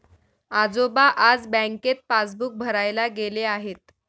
आजोबा आज बँकेत पासबुक भरायला गेले आहेत